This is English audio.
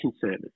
service